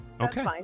Okay